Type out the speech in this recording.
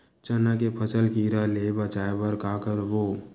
चना के फसल कीरा ले बचाय बर का करबो?